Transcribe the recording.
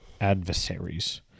adversaries